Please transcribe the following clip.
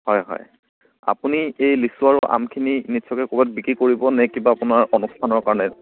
হয় হয় আপুনি এই লিচু আৰু আমখিনি নিশ্চয়কৈ ক'ৰবাত বিক্ৰী কৰিব নে কিবা আপোনাৰ অনুষ্ঠানৰ কাৰণে